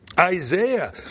Isaiah